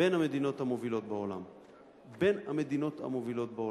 היא בין המדינות המובילות בעולם.